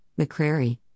McCrary